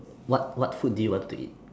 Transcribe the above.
what what food do you want to eat